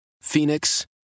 Phoenix